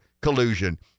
collusion